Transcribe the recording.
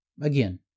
again